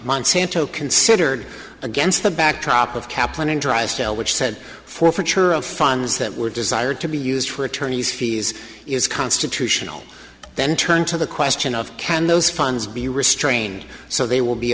monsanto considered against the backdrop of kaplan and drysdale which said forfeiture of funds that were desired to be used for attorney's fees is constitutional then turn to the question of can those funds be restrained so they will be